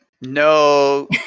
no